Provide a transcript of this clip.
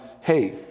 hey